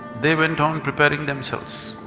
they went on preparing themselves.